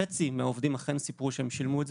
חצי מהעובדים אכן סיפרו שהם שילמו את זה